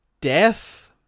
death